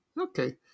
Okay